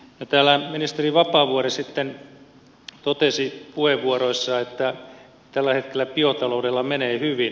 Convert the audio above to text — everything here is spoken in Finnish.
täällä ministeri vapaavuori sitten totesi puheenvuoroissaan että tällä hetkellä biotaloudella menee hyvin